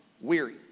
weary